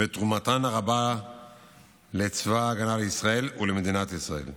ואת תרומתן הרבה לצבא ההגנה לישראל ולמדינת ישראל.